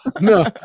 no